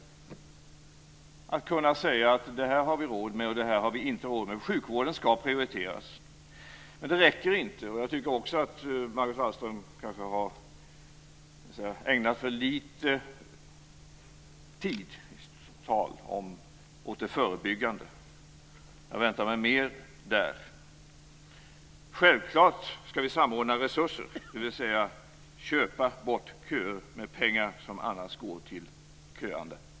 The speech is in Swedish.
Vi måste kunna säga att det här har vi råd med och det här har vi inte råd med. Sjukvården skall prioriteras, men det räcker inte. Margot Wallström har kanske ägnat för litet tid av sitt tal åt det förebyggande. Jag väntar mig mer på den punkten. Självfallet skall vi samordna resurser, dvs. köpa bort köer med pengar som annars går till köande.